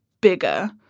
bigger